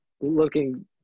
looking